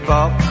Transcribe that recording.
Bob